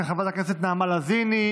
של חברת הכנסת נעמה לזימי.